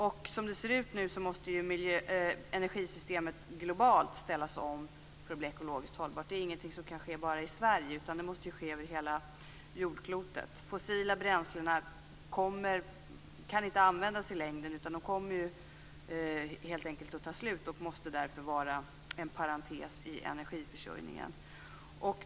Som det ser ut nu måste energisystemet globalt ställas om för att bli ekologiskt hållbart. Det är ingenting som kan ske enbart i Sverige, utan det måste ske över hela jordklotet. De fossila bränslena kan inte användas i längden, utan de kommer helt enkelt att ta slut och måste därför vara en parentes i energiförsörjningen.